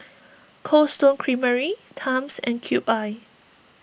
Cold Stone Creamery Times and Cube I